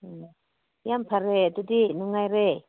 ꯌꯥꯝ ꯐꯔꯦ ꯑꯗꯨꯗꯤ ꯅꯨꯡꯉꯥꯏꯔꯦ